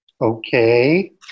Okay